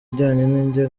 ajyanye